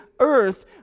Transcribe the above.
earth